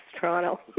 Toronto